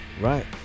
right